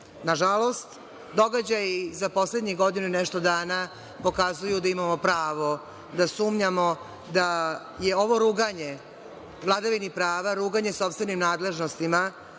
Nažalost, događaji za poslednjih godinu i nešto dana pokazuju da imamo pravo da sumnjamo da je ovo ruganje vladavini prava, ruganje sopstvenim nadležnostima